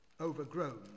overgrown